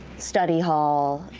study hall,